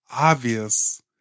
obvious